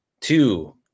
two